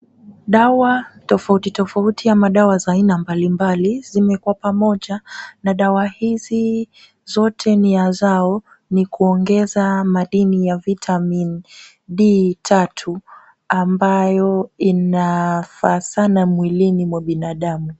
Dawa tofauti tofauti ya madawa za aina mbalimbali zimewekwa pamoja na dawa hizi zote nia zao ni kuongeza madini ya vitamin D3 ambayo inafaa sana mwilini mwa binadamu.